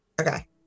Okay